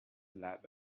lab